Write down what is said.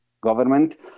government